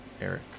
eric